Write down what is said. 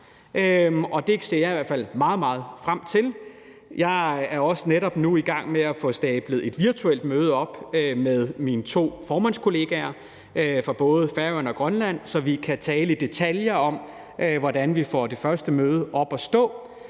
meget, meget frem til. Jeg er også netop nu i gang med at få sat et virtuelt møde op med mine to formandskollegaer fra både Færøerne og Grønland, så vi kan tale i detaljer om, hvordan vi får det første møde op at stå.